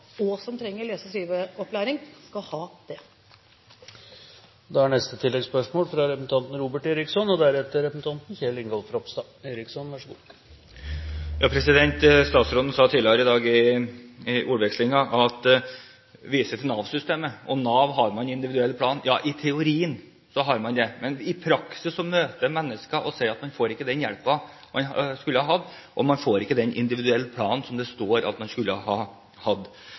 og som trenger lese- og skriveopplæring, skal få det. Robert Eriksson – til oppfølgingsspørsmål. Statsråden viste tidligere i dag i ordvekslingen til Nav-systemet og at man i Nav har en individuell plan. Ja, i teorien har man det, men i praksis møter man mennesker som sier at de ikke får den hjelpen de skulle hatt, og at de ikke får den individuelle planen som det står at de skulle ha hatt.